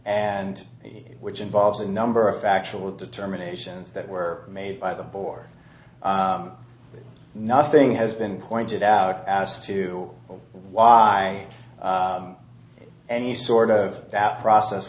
and which involves a number of factual determination that were made by the board nothing has been pointed out as to why any sort of that process